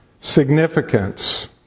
significance